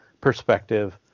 perspective